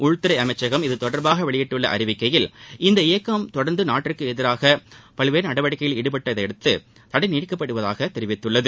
உள்துறை அமைச்சகம் இது தொடர்பாக வெளியிட்டுள்ள அறிவிக்கையில் இந்த இயக்கம் தொடர்ந்து நாட்டிற்கு எதிராக பல்வேறு நடவடிக்கைகளில் ஈடுபட்டுவருவதையடுத்து தடை நீட்டிக்கப்படுவதாக தெரிவித்துள்ளது